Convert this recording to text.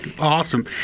awesome